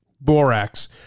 Borax